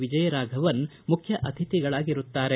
ವಿಜಯ್ ರಾಫವನ್ ಮುಖ್ಯ ಅತಿಥಿಗಳಾಗಿರುತ್ತಾರೆ